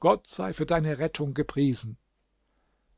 gott sei für deine rettung gepriesen